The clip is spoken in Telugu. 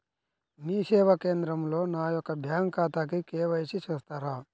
మీ సేవా కేంద్రంలో నా యొక్క బ్యాంకు ఖాతాకి కే.వై.సి చేస్తారా?